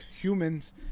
humans